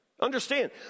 Understand